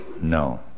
No